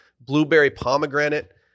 blueberry-pomegranate